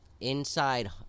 inside